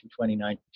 2019